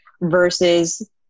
versus